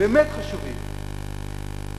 באמת חשובים,